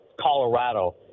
Colorado